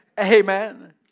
Amen